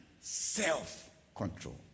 self-control